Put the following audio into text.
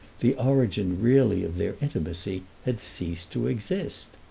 the origin really of their intimacy, had ceased to exist.